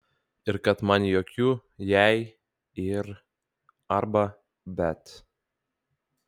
ir kad man jokių jei ir arba bet